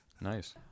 Nice